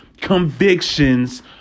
convictions